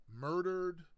murdered